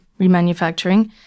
remanufacturing